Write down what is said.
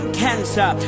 cancer